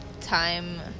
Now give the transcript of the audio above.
time